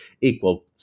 equal